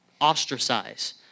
ostracize